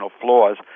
flaws